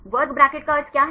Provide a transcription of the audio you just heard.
वर्ग ब्रैकेट का अर्थ क्या है